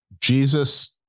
Jesus